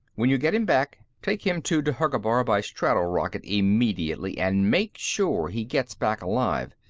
when you get him back, take him to dhergabar by strato-rocket immediately, and make sure he gets back alive.